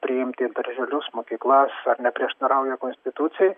priimti į darželius mokyklas ar neprieštarauja konstitucijai